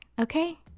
okay